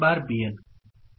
Bn An